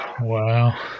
Wow